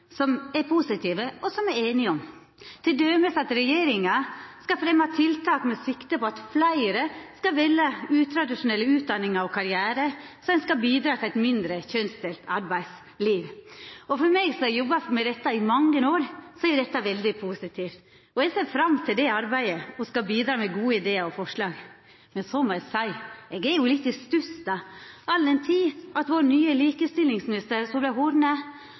som er positive, og som me er einige om – t.d. at regjeringa skal fremja tiltak med sikte på at fleire skal velja utradisjonelle utdanningar og karrierar for å bidra til eit mindre kjønnsdelt arbeidsliv. For meg som har jobba med dette i mange år, er det veldig positivt. Eg ser fram til det arbeidet og skal bidra med gode idear og forslag. Men så må eg seia at eg er litt i stuss, all den tid at vår nye likestillingsminister, Solveig Horne,